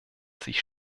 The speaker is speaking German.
sich